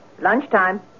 Lunchtime